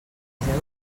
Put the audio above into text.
tres